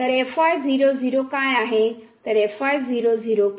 तर काय आहे